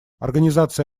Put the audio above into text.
организация